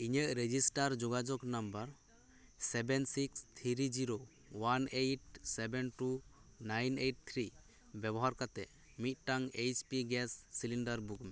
ᱤᱧᱟᱹᱜ ᱨᱮᱡᱤᱥᱴᱟᱨ ᱡᱳᱜᱟᱡᱳᱜᱽ number seven six three zero one eight seven two nine eight three ᱵᱮᱵᱚᱦᱟᱨ ᱠᱟᱛᱮᱫ ᱢᱤᱫᱴᱟᱝ ᱮᱭᱤᱪᱯᱤ ᱜᱮᱥ ᱥᱤᱞᱤᱱᱰᱟᱨ ᱵᱩᱠ ᱢᱮ